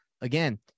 again